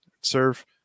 serve